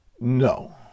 No